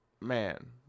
man